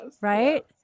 Right